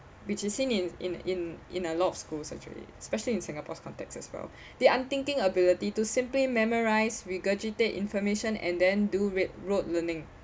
which is in in in in in a lot of schools actually especially in singapore's context as well the unthinking ability to simply memorise regurgitate information and then do read rote learning